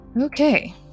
okay